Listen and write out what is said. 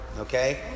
okay